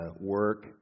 work